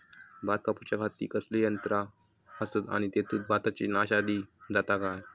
भात कापूच्या खाती कसले यांत्रा आसत आणि तेतुत भाताची नाशादी जाता काय?